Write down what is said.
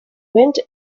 went